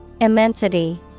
Immensity